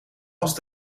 als